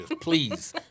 please